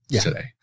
today